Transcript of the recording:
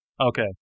Okay